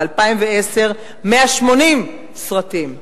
ב-2010, 180 סרטים.